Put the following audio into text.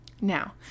Now